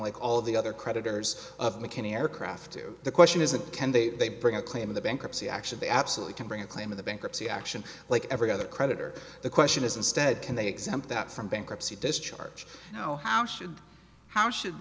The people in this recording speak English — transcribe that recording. like all the other creditors of mckinney aircraft do the question is it can they bring a claim of the bankruptcy action they absolutely can bring a claim of the bankruptcy action like every other creditor the question is instead can they exempt that from bankruptcy discharge you know how should how should